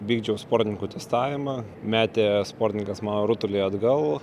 vykdžiau sportininkų testavimą metė sportininkas man rutulį atgal